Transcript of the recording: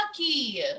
lucky